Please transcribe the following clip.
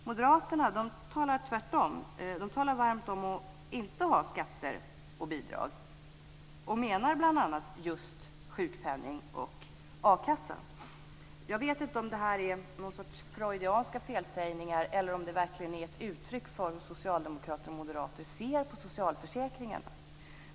Moderaterna talar sig tvärtom varma för att inte ha skatter och bidrag och menar bl.a. just sjukpenning och a-kassa. Jag vet inte om det här är något slags freudianska felsägningar eller om det verkligen är ett uttryck för hur socialdemokrater och moderater ser på socialförsäkringarna.